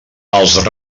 els